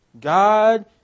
God